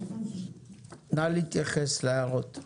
נא להתייחס להערות.